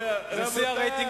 על כל יום שהדברים משתנים,